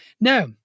Now